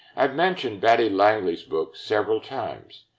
i've mentioned batty langley's book several times.